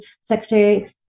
Secretary